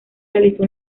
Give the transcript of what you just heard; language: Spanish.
realizó